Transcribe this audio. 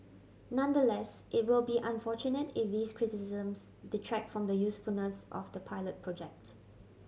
nonetheless it will be unfortunate if these criticisms detract from the usefulness of the pilot project